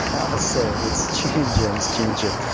i'll say, it's changing. and it's changing.